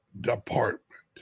department